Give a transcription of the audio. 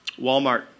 Walmart